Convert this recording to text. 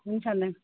हुन्छ म्याम